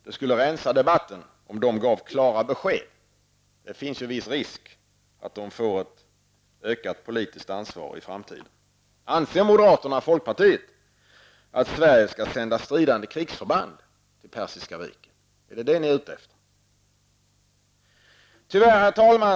Det skulle rensa debatten om de gav klara besked. Det finns en viss risk att de får ett ökat politiskt ansvar i framtiden. Anser moderaterna och folkpartiet att Sverige skall sända stridande krigsförband till Persiska viken? Är det det ni är ute efter? Herr talman!